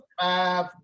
Five